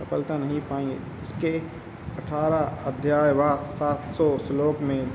सफलता नहीं पाएँगे इसके अठारह अध्याय वा सात सौ श्लोक में